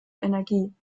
energie